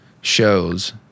shows